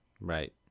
Right